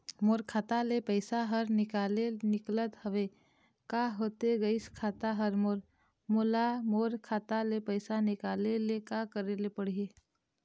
मोर खाता ले पैसा हर निकाले निकलत हवे, का होथे गइस खाता हर मोर, मोला मोर खाता ले पैसा निकाले ले का करे ले पड़ही?